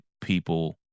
people